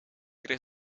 kreeg